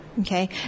okay